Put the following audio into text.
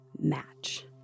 match